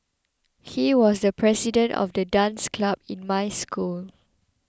he was the president of the dance club in my school